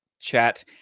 chat